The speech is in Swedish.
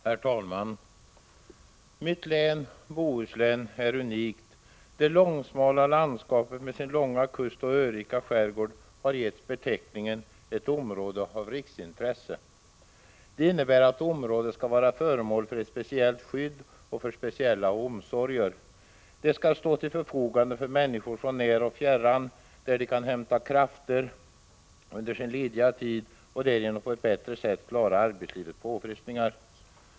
Herr talman! Mitt län Bohuslän är unikt. Det långsmala landskapet med sin långa kust och örika skärgård har getts beteckningen ”ett område av riksintresse”. Det innebär att området skall vara föremål för ett speciellt skydd och för speciella omsorger. Det skall stå till förfogande för människor från när och fjärran så att de där kan hämta krafter under sin lediga tid och därigenom på ett bättre sätt kan klara arbetslivets påfrestningar.